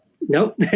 Nope